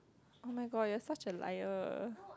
oh-my-god you're such a liar